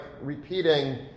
repeating